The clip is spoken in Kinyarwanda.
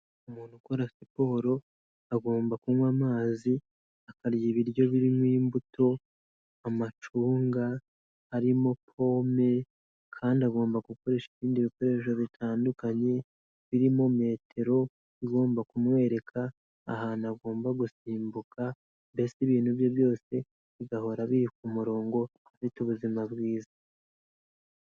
Umuntu ukora siporo agomba kunywa amazi, akarya ibiryo birimo imbuto, amacunga, harimo pome kandi agomba gukoresha ibindi bikoresho bitandukanye birimo metero igomba kumwereka ahantu agomba gusimbuka, mbese ibintu bye byose bigahora biri ku ku murongo afite ubuzima bwiza.